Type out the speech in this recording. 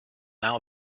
now